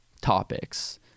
topics